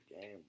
game